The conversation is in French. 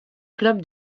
club